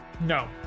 No